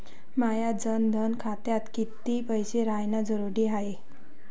माया जनधन खात्यात कितीक पैसे रायन जरुरी हाय?